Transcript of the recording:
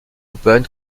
open